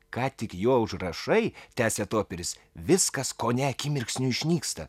ką tik juo užrašai tęsė toperis viskas kone akimirksniu išnyksta